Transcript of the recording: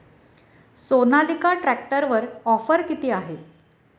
सोनालिका ट्रॅक्टरवर ऑफर किती आहे?